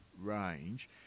range